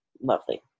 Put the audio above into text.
lovely